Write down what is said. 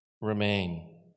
remain